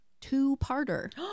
two-parter